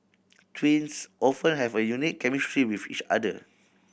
twins often have a unique chemistry with each other